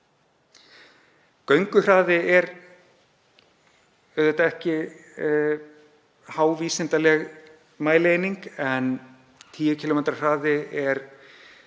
Gönguhraði er auðvitað ekki hávísindaleg mælieining en 10 km hraði er